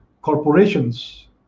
corporations